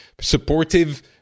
supportive